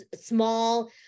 small